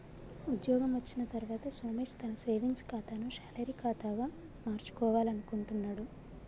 ఉద్యోగం వచ్చిన తర్వాత సోమేష్ తన సేవింగ్స్ ఖాతాను శాలరీ ఖాతాగా మార్చుకోవాలనుకుంటున్నడు